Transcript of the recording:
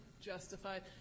justified